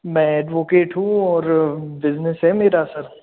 मैं ऐडवोकेट हूँ और बिजनेस है मेरा सर